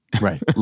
Right